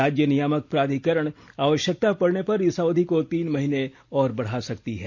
राज्य नियामक प्राधिकरण आवश्यकता पड़ने पर इस अवधि को तीन महीने और बढ़ा सकती है